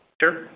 Sure